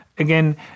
Again